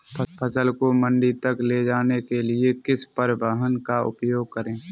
फसल को मंडी तक ले जाने के लिए किस परिवहन का उपयोग करें?